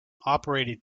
operating